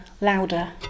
louder